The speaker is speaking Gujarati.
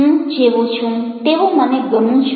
હું જેવો છું તેવો મને ગમું છું